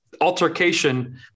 altercation